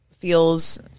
feels